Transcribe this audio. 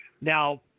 Now